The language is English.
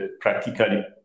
practically